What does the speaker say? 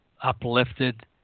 uplifted